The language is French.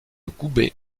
goubet